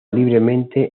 libremente